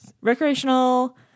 Recreational